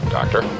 Doctor